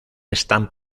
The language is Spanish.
están